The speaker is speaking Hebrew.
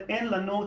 נדון,